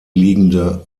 liegende